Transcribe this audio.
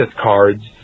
cards